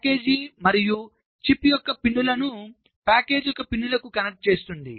package మరియు chip యొక్క పిన్లను ప్యాకేజీ యొక్క పిన్లకు కనెక్ట్ చేస్తుంది